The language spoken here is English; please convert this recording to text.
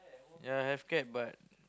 yeah have cat but